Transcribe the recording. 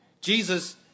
Jesus